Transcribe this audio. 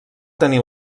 tenir